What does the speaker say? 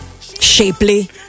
Shapely